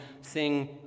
sing